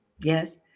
Yes